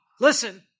listen